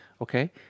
okay